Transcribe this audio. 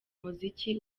muziki